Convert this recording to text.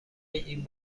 این